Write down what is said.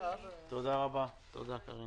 ננעלה בשעה